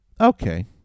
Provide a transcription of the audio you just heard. Okay